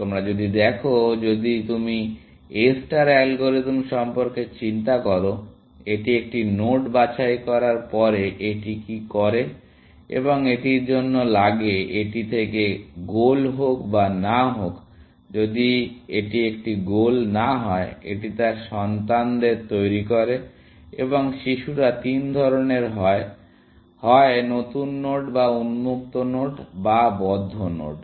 তোমরা যদি দেখো যদি তুমি A স্টার অ্যালগরিদম সম্পর্কে চিন্তা করো এটি একটি নোড বাছাই করার পরে এটি কী করে এবং এটির জন্য লাগে এটি একটি গোলহোক বা না হোক যদি এটি একটি গোল না হয় এটি তার সন্তানদের তৈরি করে এবং শিশুরা তিন ধরণের হয় হয় নতুন নোড বা উন্মুক্ত নোড বা বদ্ধ নোড